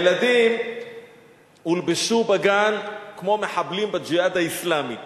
הילדים הולבשו בגן כמו מחבלים ב"ג'יהאד האסלאמי",